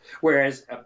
Whereas